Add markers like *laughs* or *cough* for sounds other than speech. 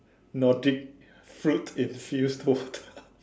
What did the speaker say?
Nordic fruit infused water *laughs*